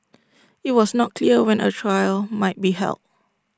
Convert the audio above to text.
IT was not clear when A trial might be held